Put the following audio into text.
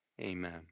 Amen